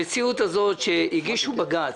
המציאות הזאת שהגישו בג"צ,